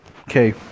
Okay